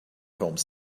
home